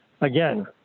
Again